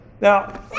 Now